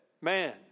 Man